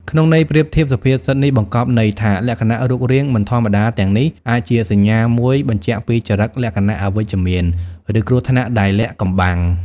ក្នុងន័យប្រៀបធៀប សុភាសិតនេះបង្កប់ន័យថា លក្ខណៈរូបរាងមិនធម្មតាទាំងនេះ អាចជាសញ្ញាមួយបញ្ជាក់ពីចរិតលក្ខណៈអវិជ្ជមាន ឬគ្រោះថ្នាក់ដែលលាក់កំបាំង។